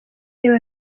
reba